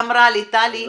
ואמרה לי: טלי,